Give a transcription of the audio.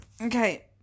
Okay